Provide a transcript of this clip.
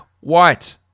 White